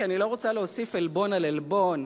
כי אני לא רוצה להוסיף עלבון על עלבון,